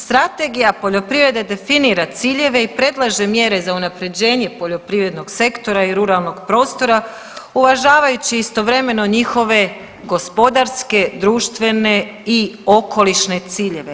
Strategija poljoprivrede definira ciljeve i predlaže mjere za unapređenje poljoprivrednog sektora i ruralnog prostora, uvažavajući istovremeno njihove gospodarske, društvene i okolišne ciljeve.